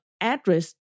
address